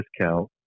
discount